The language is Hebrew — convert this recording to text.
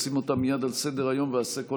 אשים אותם מייד על סדר-היום ואעשה כל